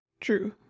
True